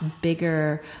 bigger